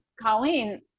Colleen